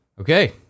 Okay